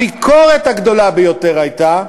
הביקורת הגדולה ביותר הייתה: